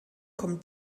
kommt